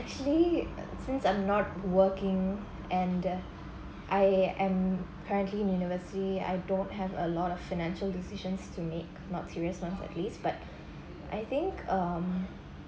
actually since I'm not working and I am currently in university I don't have a lot of financial decisions to make not serious ones at least but I think um